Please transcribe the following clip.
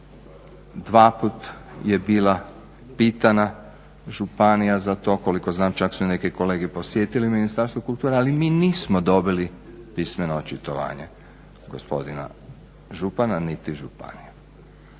Dva puta je bila pitana županija za to koliko znam čak su neke kolege posjetile Ministarstvo kulture ali mi nismo dobili pismeno očitovanje gospodina župana niti županije.